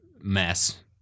mess